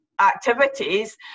activities